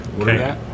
Okay